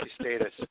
status